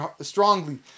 strongly